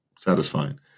Satisfying